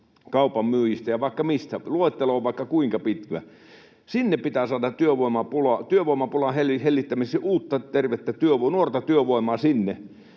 kaupan myyjistä ja vaikka mistä. Luettelo on vaikka kuinka pitkä. Sinne pitää saada työvoimapulan hellittämiseksi uutta, tervettä, nuorta työvoimaa.